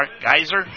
Geyser